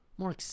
more